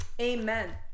Amen